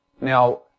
Now